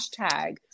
hashtag